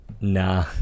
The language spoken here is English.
nah